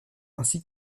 ainsi